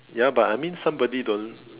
ya but I mean somebody don't